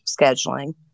scheduling